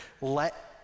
let